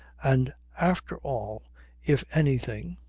and after all if anything.